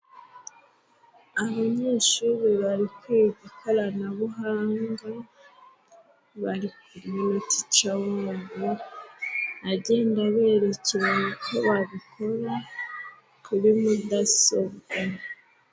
Abanyeshuri bari kwiga ikoranabuhanga，bari kumwe na tica wabo agenda aberekera uko babikora kuri mudasobwabwa.